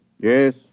Yes